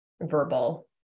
verbal